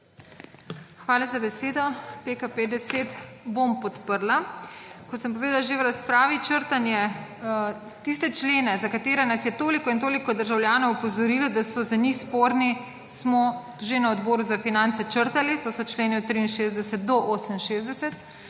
Hvala za besedo. PKP 10 bom podprla. Kot sem povedala že v razpravi, črtanje, tiste člene, za katere nas je toliko in toliko državljanov opozorilo, da so za njih sporni, smo že na Odboru za finance črtali. To so členi od 63 do 68.